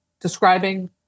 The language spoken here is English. describing